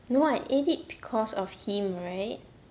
no I ate it because of him right